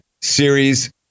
series